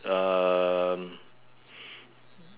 um